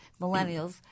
millennials